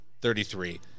Thirty-three